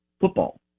football